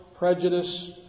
Prejudice